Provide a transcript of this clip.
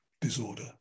disorder